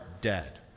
dead